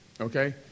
Okay